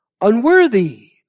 Unworthy